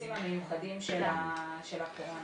בערוצים המיוחדים של הקורונה.